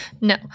No